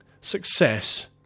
success